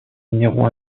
minéraux